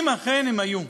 אם אכן הם היו.